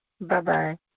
Bye-bye